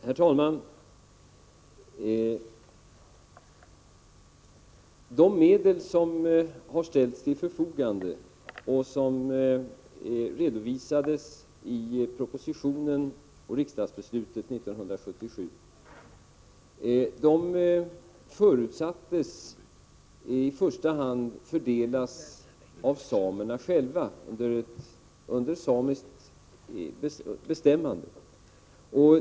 Herr talman! De medel som har ställts till förfogande och som redovisas i propositionen och riksdagsbeslutet 1977 förutsattes i första hand fördelas av samerna själva under samiskt bestämmande.